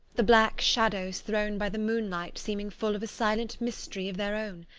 the black shadows thrown by the moonlight seeming full of a silent mystery of their own.